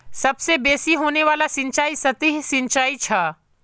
सबसे बेसि होने वाला सिंचाई सतही सिंचाई छ